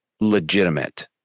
legitimate